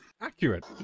Accurate